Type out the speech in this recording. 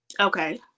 Okay